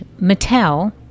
Mattel